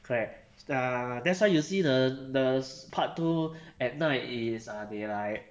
correct st~ uh that's why you see the the part two at night is ah they like